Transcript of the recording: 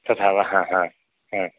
तथा वा ह ह ह